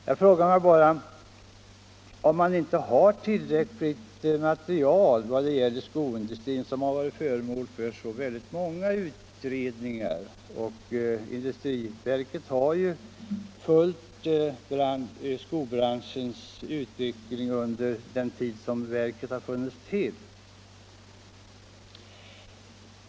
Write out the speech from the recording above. Jag frågar mig bara om man inte har tillräckligt material om skoindustrin, som har varit föremål för så väldigt många utredningar. Industriverket har ju följt skobranschens utveckling under den tid verket funnits till.